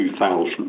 2000